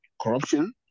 corruption